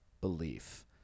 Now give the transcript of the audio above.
belief